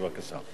בבקשה.